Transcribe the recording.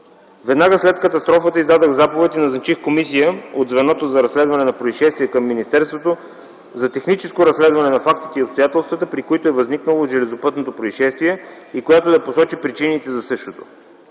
Веднага след катастрофата издадох заповед и назначих комисия от Звеното за разследване на произшествия към министерството, за техническо разследване на фактите и обстоятелствата, при които е възникнало железопътното произшествие и която да посочи причините за същото.